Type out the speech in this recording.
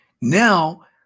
Now